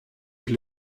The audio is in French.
avec